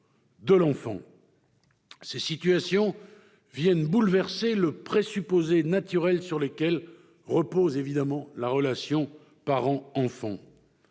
de l'enfant. Ces situations viennent bouleverser le présupposé naturel sur lequel repose la relation parent-enfant.